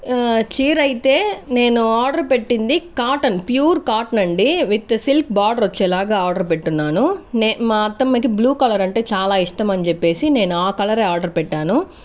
చీరైతే నేను ఆర్డర్ పెట్టింది cotton pure cotton అండి విత్ సిల్క్ బార్డర్ వచ్చేలాగా ఆర్డర్ పెట్టున్నాను నే మా అత్తమ్మకి బ్లూ కలర్ అంటే చాలా ఇష్టం అని చెప్పేసి నేను ఆ కలరే ఆర్డర్ పెట్టాను